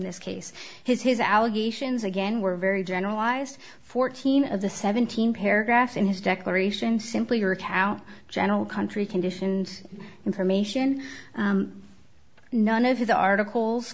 this case his his allegations again were very generalized fourteen of the seventeen paragraphs in his declaration simply work out general country conditions and information none of the articles